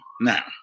Now